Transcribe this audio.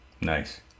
Nice